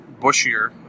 bushier